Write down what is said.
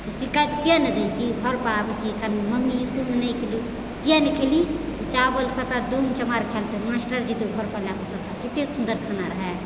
तऽ शिकायत किए नहि दै छी बाबुजी मम्मी इसकुलमे नहि खेलु किेएक नहि खैली चावल सभटा डोम चमार खेलकै मास्टर जीके घरपर कत्ते सुन्दर खाना रहै